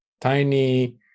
tiny